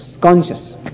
conscious